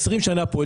20 שנים פה,